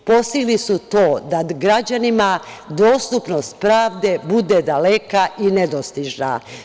Postigli su to da građanima dostupnost pravde bude daleka i nedostižna.